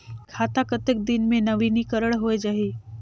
खाता कतेक दिन मे नवीनीकरण होए जाहि??